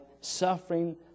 suffering